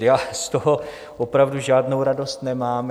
Já z toho opravdu žádnou radost nemám.